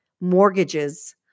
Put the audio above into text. mortgages